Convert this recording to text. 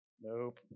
Nope